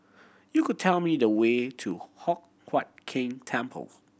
you could tell me the way to Hock Huat Keng Temple